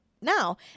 now